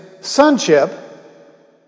sonship